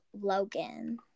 Logan